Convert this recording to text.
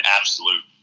absolute